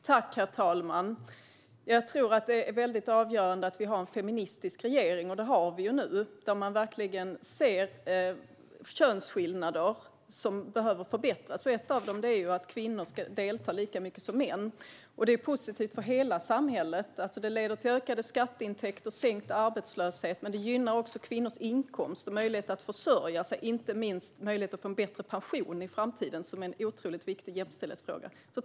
Herr talman! Jag tror att det avgörande att vi har en feministisk regering, vilket vi nu har. Den ser verkligen könsskillnader som behöver förbättras. En skillnad är att kvinnor ska delta lika mycket som män. Detta är positivt för hela samhället. Det leder till ökade skatteintäkter och sänkt arbetslöshet, men det gynnar också kvinnors inkomster och möjligheter att försörja sig och inte minst möjligheten att få en bättre pension i framtiden. Detta är en otroligt viktig jämställdhetsfråga.